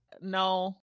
no